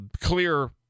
clear